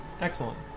Excellent